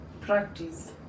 practice